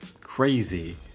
crazy